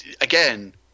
Again